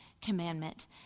commandment